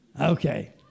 Okay